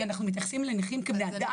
כי אנחנו מתייחסים לנכים כבני אדם.